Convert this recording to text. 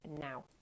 now